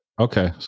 Okay